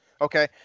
Okay